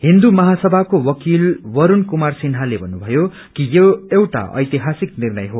हिन्दू महासभाको वकील वरूण कुमार सिन्हाले भन्नुभयो कि यो एउटा ऐतिहासिक निर्णय हो